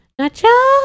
Nacho